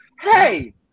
hey